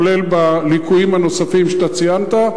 כולל בליקויים הנוספים שאתה ציינת,